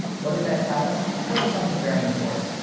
what does that tell us? tells us something very important.